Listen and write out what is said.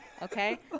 Okay